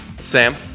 Sam